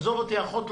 עזוב אותי מאחות.